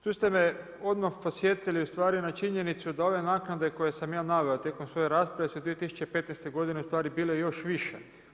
Tu ste me odmah podsjetili u stvari na činjenicu da ove naknade koje sam ja naveo tijekom svoje rasprave su 2015. godine u stvari bile još više.